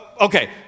Okay